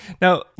Now